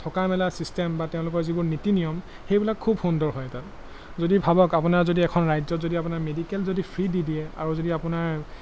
থকা মেলা ছিষ্টেম বা তেওঁলোকৰ যিবোৰ নীতি নিয়ম সেইবিলাক খুব সুন্দৰ হয় তাত যদি ভাবক আপোনাৰ যদি এখন ৰাজ্যত যদি আপোনাৰ মেডিকেল যদি ফ্ৰী দি দিয়ে আৰু যদি আপোনাৰ